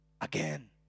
again